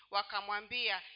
Wakamwambia